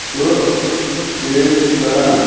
چھُ پیش کران